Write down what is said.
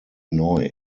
neu